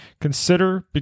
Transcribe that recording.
consider